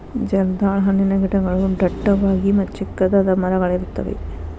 ಜರ್ದಾಳ ಹಣ್ಣಿನ ಗಿಡಗಳು ಡಟ್ಟವಾಗಿ ಮತ್ತ ಚಿಕ್ಕದಾದ ಮರಗಳಿರುತ್ತವೆ